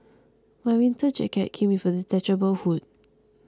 my winter jacket came with a detachable hood